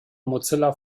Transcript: mozilla